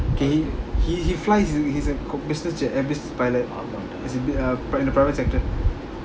okay he he he flies he's a he's a business jet business pilot as in the in the private sector